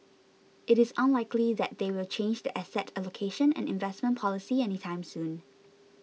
it is unlikely that they will change their asset allocation and investment policy any time soon